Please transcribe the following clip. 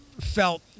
felt